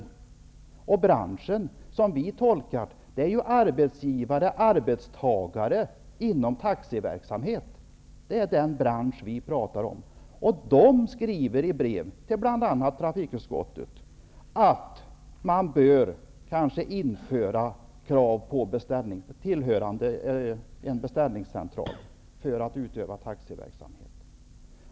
Som vi tolkar det består branschen av arbetsgivare och arbetstagare inom taxiverksamheten, och de skriver i brev till bl.a. trafikutskottet att man kanske bör införa krav på anslutning till en beställningscentral för den som skall utöva taxiverksamhet.